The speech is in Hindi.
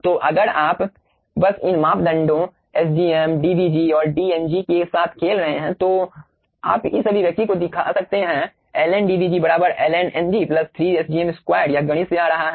तो अगर आप बस इन मापदंडों sgm DVg और dng के साथ खेल रहे हैं तो आप इस अभिव्यक्ति को दिखा सकते हैं ln DVg ln dng 3sgm2 यह गणित से आ रहा है